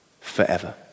forever